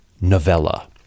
novella